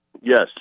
yes